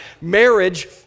Marriage